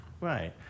Right